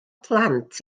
plant